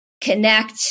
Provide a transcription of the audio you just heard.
connect